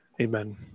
Amen